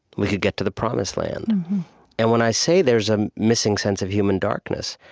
we could get to the promised land and when i say there's a missing sense of human darkness,